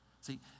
See